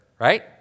right